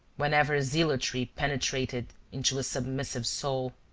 whenever zealotry penetrated into a submissive soul,